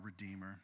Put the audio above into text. Redeemer